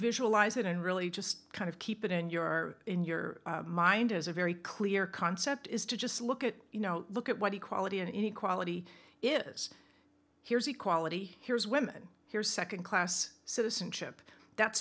visualize it and really just kind of keep it in your in your mind is a very clear concept is to just look at you know look at what equality and inequality is here's equality here's women here's second class citizenship that